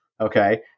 Okay